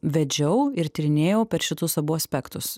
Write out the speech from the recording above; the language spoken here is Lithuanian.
vedžiau ir tyrinėjau per šituos abu aspektus